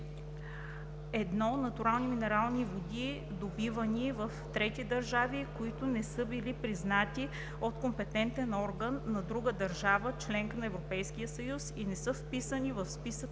1. натурални минерални води, добивани в трети държави, които не са били признати от компетентен орган на друга държава – членка на Европейския съюз, и не са вписани в Списъка